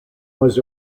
was